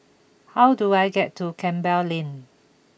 how do I get to Campbell Lane